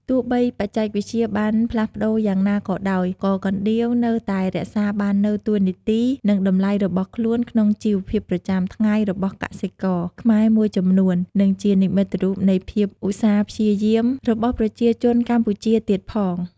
ទោះបីបច្ចេកវិទ្យាបានផ្លាស់ប្តូរយ៉ាងណាក៏ដោយ ក៏កណ្ដៀវនៅតែរក្សាបាននូវតួនាទី និងតម្លៃរបស់ខ្លួនក្នុងជីវភាពប្រចាំថ្ងៃរបស់កសិករខ្មែរមួយចំនួន និងជានិមិត្តរូបនៃភាពឧស្សាហ៍ព្យាយាមរបស់ប្រជាជនកម្ពុជាទៀតផង។